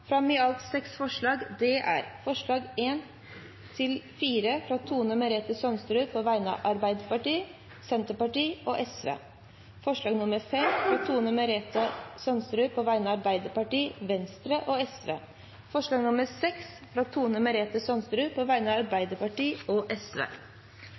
fram i alt seks forslag. Det er forslagene nr. 1–4, fra Tone Merete Sønsterud på vegne av Arbeiderpartiet, Senterpartiet og Sosialistisk Venstreparti forslag nr. 5, fra Tone Merete Sønsterud på vegne av Arbeiderpartiet, Venstre og Sosialistisk Venstreparti forslag nr. 6, fra Tone Merete Sønsterud på vegne av